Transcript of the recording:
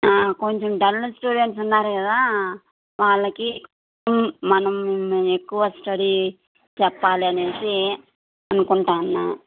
కొంచెం dull students ఉన్నారు కదా వాళ్ళకి మనం ఎక్కువ స్టడీ చెప్పాలి అని అనుకుంటు ఉన్నా